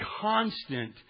constant